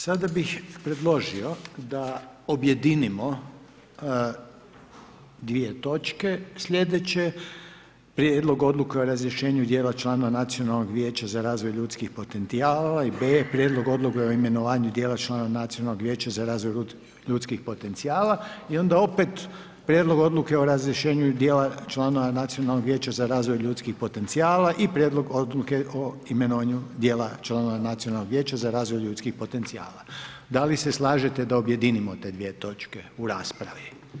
Sada bih predložio da objedinimo dvije točke sljedeće: a) Prijedlog odluke o razrješenju dijela člana Nacionalnog vijeća za razvoj ljudskih potencijala, b) Prijedlog odluke o imenovanju dijela člana Nacionalnog vijeća za razvoj ljudskih potencijala i onda opet a) Prijedlog odluke o razrješenju dijela člana Nacionalnog vijeća za razvoj ljudskih potencijala, b) Prijedlog odluke o imenovanju dijela člana Nacionalnog vijeća za razvoj ljudskih potencijala Da li se slažete da objedinimo te dvije točke u raspravi?